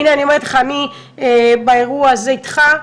אני באירוע הזה איתך,